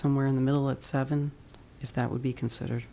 somewhere in the middle at seven if that would be considered